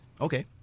Okay